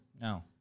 No